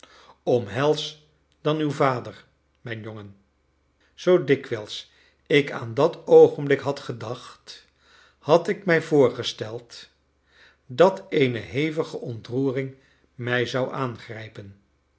omhels dan uw vader mijn jongen zoo dikwijls ik aan dat oogenblik had gedacht had ik mij voorgesteld dat eene hevige ontroering mij zou aangrijpen